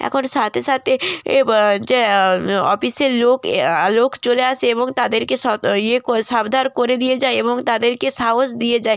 এখন সাথে সাথে এ যে অফিসের লোক লোক চলে আসে এবং তাদেরকে ইয়ে করে সাবধান করে দিয়ে যায় এবং তাদেরকে সাহস দিয়ে যায়